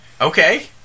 Okay